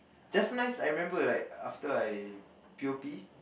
just nice I remember like after I p_o_p